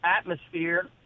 Atmosphere